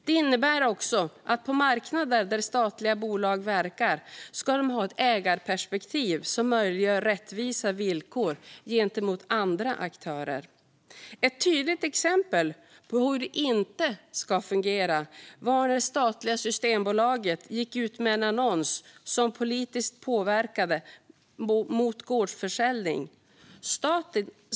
Det innebär också att på marknader där statliga bolag verkar ska de ha ett ägarperspektiv som möjliggör rättvisa villkor gentemot andra aktörer. Ett tydligt exempel på hur det inte ska fungera var när statliga Systembolaget gick ut med annons som politiskt påverkade mot gårdsförsäljning.